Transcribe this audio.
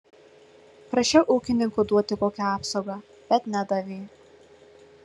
prašiau ūkininko duoti kokią apsaugą bet nedavė